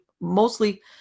Mostly